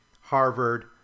Harvard